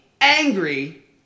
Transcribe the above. angry